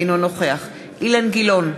אינו נוכח אילן גילאון,